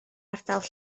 ardal